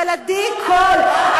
עדי קול,